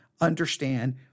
understand